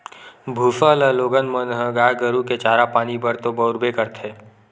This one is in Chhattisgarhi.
भूसा ल लोगन मन ह गाय गरु के चारा पानी बर तो बउरबे करथे